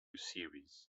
series